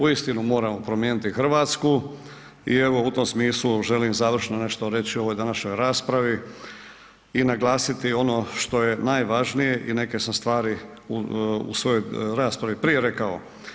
Uistinu moramo promijeniti Hrvatsku i evo u tom smislu želim nešto završno reći o ovoj današnjoj raspravi i naglasiti ono što je najvažnije i neke sam stvari u svojoj raspravi prije rekao.